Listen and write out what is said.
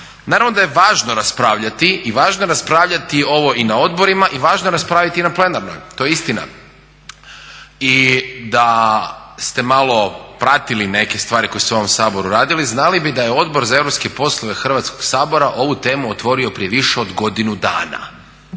Naravno da je važno raspravljati i važno je raspravljati ovo i na odborima i važno je raspraviti i na plenarnoj, to je istina. I da ste malo pratili neke stvari koje su se u ovom Saboru radile znali bi da je Odbor za europske poslove Hrvatskog sabora ovu temu otvorio prije više od godinu dana